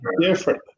different